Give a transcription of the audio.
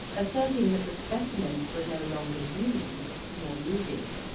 asserting that the specimens were no longer used nor needed,